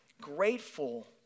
grateful